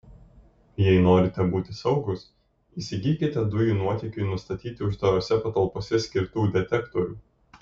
jei norite būti saugūs įsigykite dujų nuotėkiui nustatyti uždarose patalpose skirtų detektorių